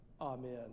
Amen